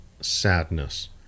sadness